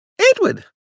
Edward